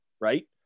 right